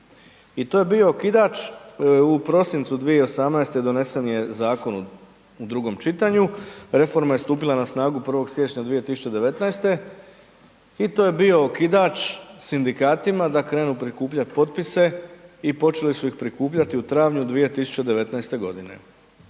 I to je bio okidač u prosincu 2018. donesen je zakon u drugom čitanju, reforma je stupila na snagu 1. siječnja 2019. i to je bio okidač sindikatima da krenu prikupljati potpise i počeli su ih prikupljati u travnju 2019. godine.